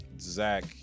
Zach